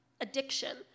addiction